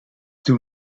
doe